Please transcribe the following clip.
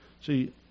See